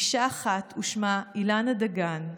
אישה אחת ושמה אילנה דגן,